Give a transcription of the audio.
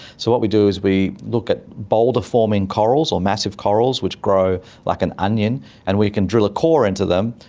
so what we do is we look at boulder forming corals or massive corals which grow like an onion and we can drill a core into them,